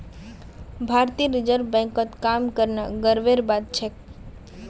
भारतीय रिजर्व बैंकत काम करना गर्वेर बात छेक